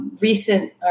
recent